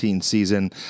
season